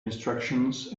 instructions